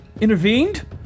intervened